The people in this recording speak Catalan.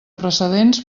precedents